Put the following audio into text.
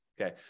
Okay